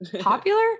popular